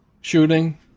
shooting